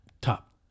Top